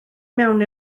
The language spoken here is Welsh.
mewn